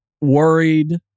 worried